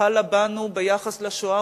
חלה בנו ביחס לשואה,